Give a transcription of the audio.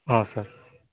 ହଁ ସାର୍